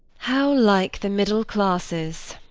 how like the middle classes!